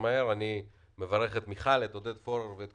היא אחראית על כל